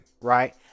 right